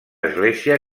església